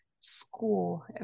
school